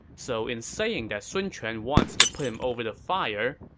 so in saying that sun quan wants to put him over the fire,